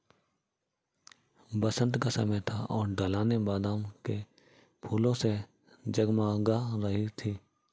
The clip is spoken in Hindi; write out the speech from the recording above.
बसंत का समय था और ढलानें बादाम के फूलों से जगमगा रही थीं